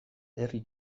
herri